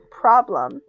problem